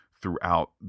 throughout